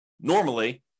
normally